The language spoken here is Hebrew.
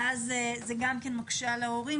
ואז זה גם כן מקשה על ההורים.